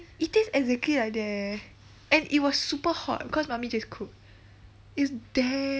it taste exactly like that eh and it was super hot cause mummy just cook it's damn